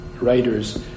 writers